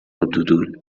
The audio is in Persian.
دودول